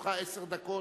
לרשותך עשר דקות.